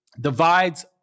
divides